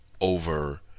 over